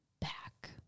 back